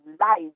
life